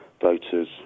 voters